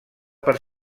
per